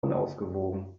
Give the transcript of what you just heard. unausgewogen